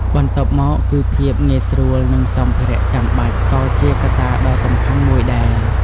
បន្ទាប់មក គឺភាពងាយស្រួល និងសម្ភារៈចាំបាច់ ក៏ជាកត្តាដ៏សំខាន់មួយដែរ។